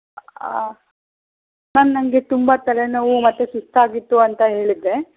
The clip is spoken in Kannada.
ಮ್ಯಾಮ್ ನನಗೆ ತುಂಬ ತಲೆನೋವು ಮತ್ತು ಸುಸ್ತಾಗಿತ್ತು ಅಂತ ಹೇಳಿದ್ದೆ